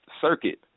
circuit